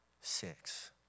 six